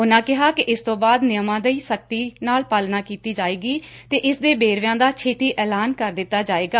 ਉਨੂਾ ਕਿਹਾ ਕਿ ਇਸ ਤੋਂ ਬਾਅਦ ਨਿਯਮਾਂ ਦਾ ਸਖਤੀ ਨਾਲ ਪਾਲਣ ਕੀਤਾ ਜਾਵੇਗਾ ਤੇ ਇਸ ਦੇ ਵੇਰਵਿਆਂ ਦਾ ਛੇਤੀ ਐਲਾਨ ਕਰ ਦਿੱਤਾ ਜਾਵੇਗਾ